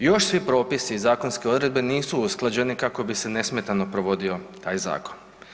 Još svi propisi i zakonske odredbe nisu usklađeni kako bi se nesmetano provodio taj zakon.